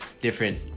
different